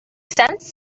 cents